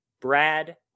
Brad